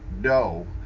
No